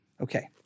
Okay